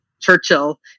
Churchill